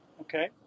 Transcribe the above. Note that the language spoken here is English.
okay